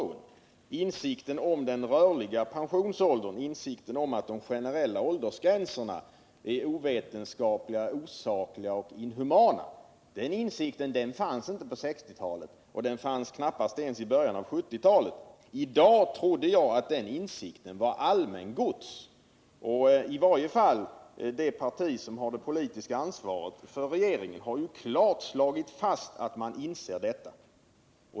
Man vet numera att det finns skäl för en rörlig pensionsålder och att de generella åldersgränserna är ovetenskapliga, osakliga och inhumana. Den insikten fanns inte på 1960-talet och den fanns knappast ens i början av 1970-talet. Jag trodde att den insikten i dag var allmängods. I varje fall har det parti som har det politiska ansvaret för regeringen klart slagit fast att man inser detta.